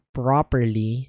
properly